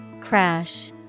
Crash